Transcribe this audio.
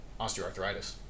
osteoarthritis